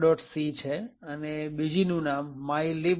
c છે અને બીજીનું નામ mylib